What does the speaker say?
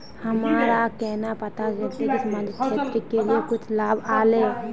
हमरा केना पता चलते की सामाजिक क्षेत्र के लिए कुछ लाभ आयले?